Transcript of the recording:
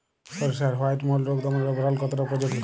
সরিষার white mould রোগ দমনে রোভরাল কতটা উপযোগী?